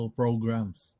programs